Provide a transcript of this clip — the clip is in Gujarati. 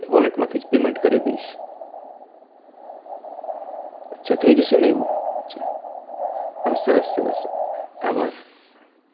હાતો ડીવાઇન ડાઈનિંગ હૉલમાંથી ઓડર કરીએ તો શું કિંમત હોય છે એક થાળીની કેટલી કિંમત હોય લગભગ મારે પચાસ થાળીનું આયોજન છે તો પચાસ થાળી પ્રમાણે એક થાળી દીઠ કેટલો ભાવ આવશે